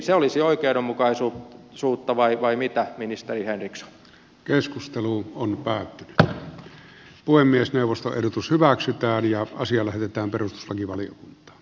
se olisi oikeudenmukaisuutta vai mitä ministeri henriksson keskusteluun on päätti puhemiesneuvoston ehdotus hyväksytään ja asia lähetetään perustuslakivalion